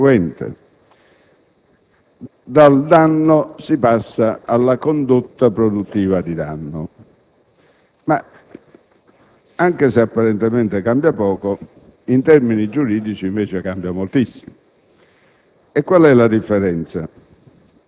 piccola, marginale, ininfluente: dal danno si passa alla condotta produttiva di danno. Invece, anche se apparentemente cambia poco, in termini giuridici cambia moltissimo.